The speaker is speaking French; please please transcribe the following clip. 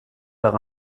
par